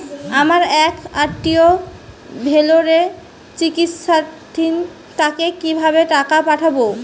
আমার এক আত্মীয় ভেলোরে চিকিৎসাধীন তাকে কি ভাবে টাকা পাঠাবো?